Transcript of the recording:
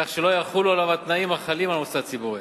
כך שלא יחולו עליו התנאים החלים על מוסד ציבורי.